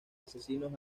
asesinos